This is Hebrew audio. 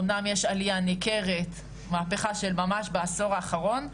אמנם יש עליה ניכרת מהפכה של ממש בעשור האחרון,